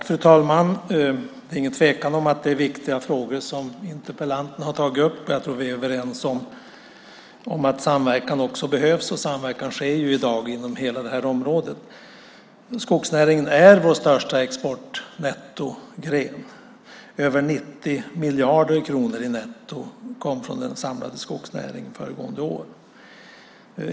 Fru talman! Det råder inget tvivel om att det är viktiga frågor som interpellanten har tagit upp. Jag tror att vi är överens om att samverkan också behövs. Samverkan sker i dag på hela det här området. Skogsnäringen är vår största exportgren. Över 90 miljarder kronor netto kom från den samlade skogsnäringen föregående år.